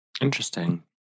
Interesting